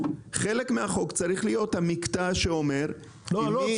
חלק מהחוק צריך להיות המקטע שאומר עם מי הוא מדבר.